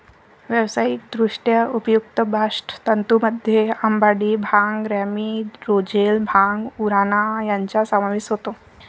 व्यावसायिकदृष्ट्या उपयुक्त बास्ट तंतूंमध्ये अंबाडी, भांग, रॅमी, रोझेल, भांग, उराणा यांचा समावेश होतो